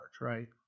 right